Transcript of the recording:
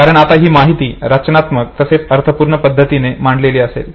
कारण आता ही माहिती रचनात्मक तसेच अर्थपूर्ण पद्धतीने मांडलेली असेल